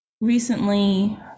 recently